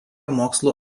mokslų